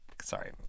sorry